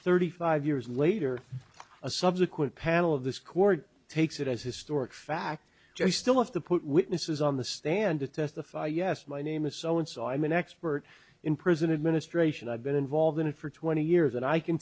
thirty five years later a subsequent panel of this court takes it as historic fact they still have the put witnesses on the stand to testify yes my name is so and so i'm an expert in prison administration i've been involved in it for twenty years and i can